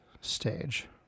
stage